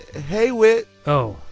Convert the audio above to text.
ah hey, witt. oh.